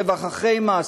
רווח אחרי מס?